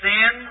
Sin